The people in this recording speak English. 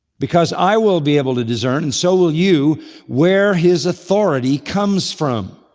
because i will be able to discern and so will you where his authority comes from.